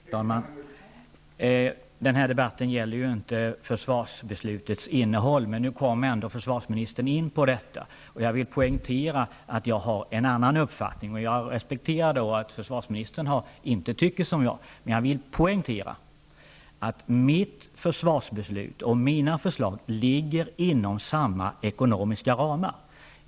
Fru talman! Den här debatten gäller ju inte försvarsbeslutets innehåll, men nu kom ändå försvarsministern in på den frågan. Jag vill poängtera att jag har en annan uppfattning. Jag respektar det faktum att försvarsministern inte tycker som jag, men jag vill poängtera att mitt förslag till försvarsbeslut ligger inom samma ekonomiska ramar.